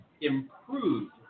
improved